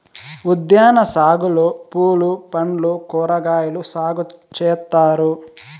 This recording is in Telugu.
ఉద్యాన సాగులో పూలు పండ్లు కూరగాయలు సాగు చేత్తారు